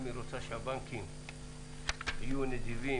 אם היא רוצה שהבנקים יהיו נדיבים,